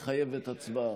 אבל קולו ייספר כך או כך.